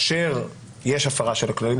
כאשר יש הפרה של הכללים.